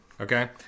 Okay